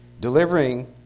delivering